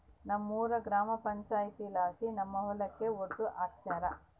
ನಮ್ಮೂರ ಗ್ರಾಮ ಪಂಚಾಯಿತಿಲಾಸಿ ನಮ್ಮ ಹೊಲಕ ಒಡ್ಡು ಹಾಕ್ಸ್ಯಾರ